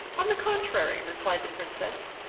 on the contrary, replied the princess,